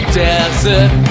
desert